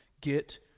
Get